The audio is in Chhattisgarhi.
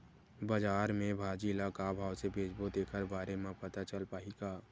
बजार में भाजी ल का भाव से बेचबो तेखर बारे में पता चल पाही का?